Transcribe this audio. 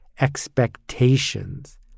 expectations